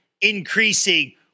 increasing